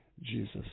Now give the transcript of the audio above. Jesus